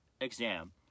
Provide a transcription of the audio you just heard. exam